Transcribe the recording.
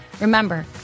remember